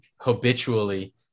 habitually